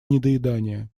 недоедания